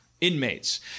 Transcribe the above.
inmates